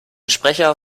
sprecher